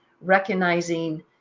recognizing